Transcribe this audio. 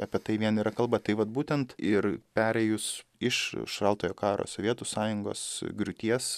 apie tai vien yra kalba tai vat būtent ir perėjus iš šaltojo karo sovietų sąjungos griūties